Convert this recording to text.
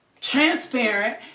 transparent